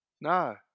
No